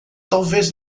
talvez